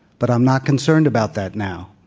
but i'm not concerned about that now.